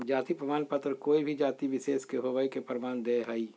जाति प्रमाण पत्र कोय भी जाति विशेष के होवय के प्रमाण दे हइ